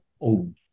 own